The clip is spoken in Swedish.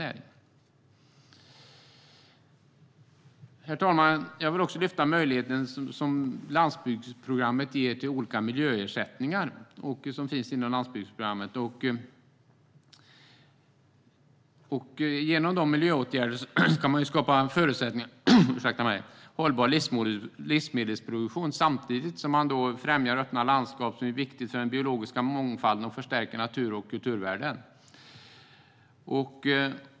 Herr talman! Jag vill också lyfta fram den möjlighet som landsbygdsprogrammet ger till olika miljöersättningar. Genom miljöåtgärder kan man skapa förutsättningar för en hållbar livsmedelsproduktion samtidigt som man främjar öppna landskap, som är viktigt för den biologiska mångfalden och som förstärker natur och kulturvärden.